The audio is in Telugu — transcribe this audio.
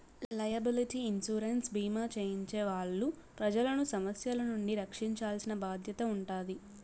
లైయబిలిటీ ఇన్సురెన్స్ భీమా చేయించే వాళ్ళు ప్రజలను సమస్యల నుండి రక్షించాల్సిన బాధ్యత ఉంటాది